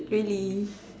really